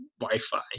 wi-fi